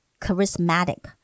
charismatic